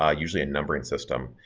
ah usually a numbering system.